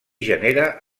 genera